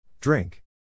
Drink